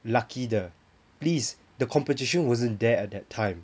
lucky 的 please the competition wasn't there at that time